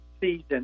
season